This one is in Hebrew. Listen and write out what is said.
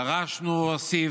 דרשנו" הוא הוסיף,